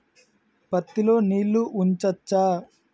పత్తి లో నీళ్లు ఉంచచ్చా?